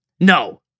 No